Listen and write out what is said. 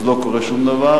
לא קורה שום דבר,